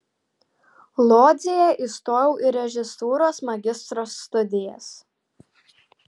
lodzėje įstojau į režisūros magistro studijas